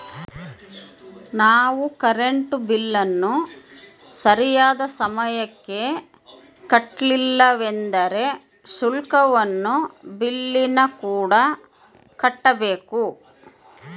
ನಾವು ಕರೆಂಟ್ ಬಿಲ್ಲನ್ನು ಸರಿಯಾದ ಸಮಯಕ್ಕೆ ಕಟ್ಟಲಿಲ್ಲವೆಂದರೆ ಶುಲ್ಕವನ್ನು ಬಿಲ್ಲಿನಕೂಡ ಕಟ್ಟಬೇಕು